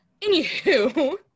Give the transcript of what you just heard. Anywho